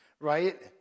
Right